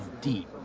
deep